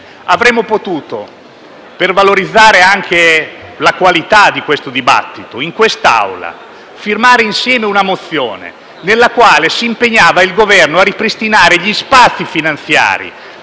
Avremmo potuto, anche per valorizzare la qualità del dibattito in quest'Aula, firmare insieme una mozione nella quale si impegnava il Governo a ripristinare gli spazi finanziari,